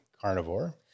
carnivore